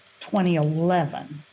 2011